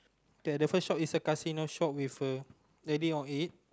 the the first shop is a casino shop with a lady on it